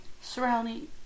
surrounding